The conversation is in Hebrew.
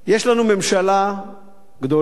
יש לנו ממשלה גדולה,